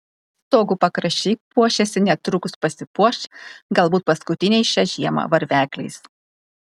stogų pakraščiai puošiasi netrukus pasipuoš galbūt paskutiniais šią žiemą varvekliais